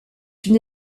une